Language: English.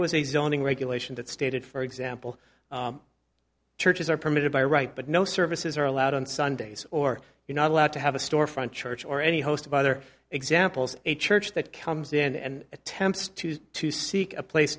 was a zoning regulation that stated for example churches are permitted by right but no services are allowed on sundays or you're not allowed to have a storefront church or any host of other examples a church that comes in and attempts to use to seek a place